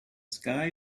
sky